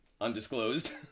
undisclosed